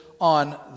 on